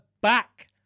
back